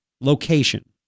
location